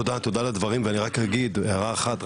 תודה על הדברים ואני רק אגיד הערה אחת,